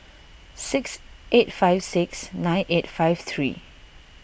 six eight five six nine eight five three